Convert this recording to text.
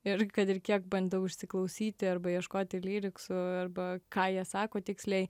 ir kad ir kiek bandau išsiklausyti arba ieškoti lyriksų arba ką jie sako tiksliai